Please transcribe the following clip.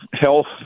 health